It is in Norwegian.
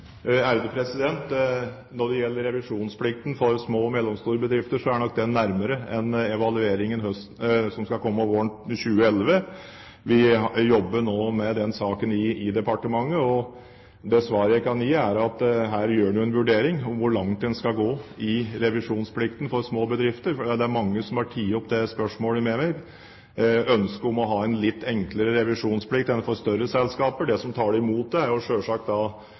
Når det gjelder revisjonsplikten for små og mellomstore bedrifter, er nok den saken nærmere enn evalueringen som skal komme våren 2011. Vi jobber nå med saken i departementet, og det svaret jeg kan gi, er at her gjør man en vurdering av hvor langt man skal gå i revisjonsplikten for små bedrifter. Det er mange som har tatt opp dette spørsmålet med meg, ønsket om å ha en litt enklere revisjonsplikt enn for større selskaper. Det som taler imot det, er